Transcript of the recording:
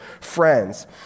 friends